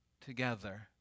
Together